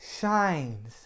shines